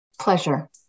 Pleasure